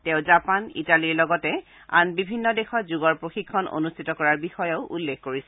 তেওঁ জাপান ইটালীৰ লগতে আন বিভিন্ন দেশত যোগৰ প্ৰশিক্ষণ অনুষ্ঠিত কৰাৰ বিষয়ে উল্লেখ কৰিছিল